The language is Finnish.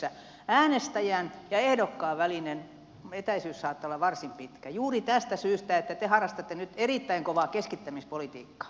äänestäjän ja ehdokkaan välinen etäisyys saattaa olla varsin pitkä juuri tästä syystä että te harrastatte nyt erittäin kovaa keskittämispolitiikkaa